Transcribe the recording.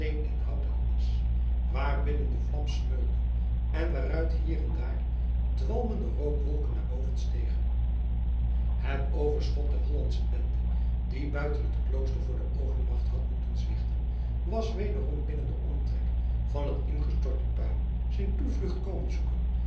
en hout en asch waarbinnen de vlam smeulde en waaruit hier en daar dwalmende rookwolken naar boven stegen het overschot der hollandsche bende die buiten het klooster voor de overmacht had moeten zwichten was wederom binnen den omtrek van het ingestorte puin zijn toevlucht komen zoeken